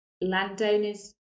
landowners